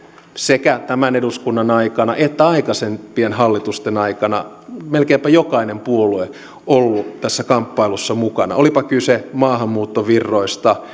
sekä tämän eduskunnan aikana että aikaisempien hallitusten aikana melkeinpä jokainen puolue olleet tässä kamppailussa mukana olipa kyse maahanmuuttovirroista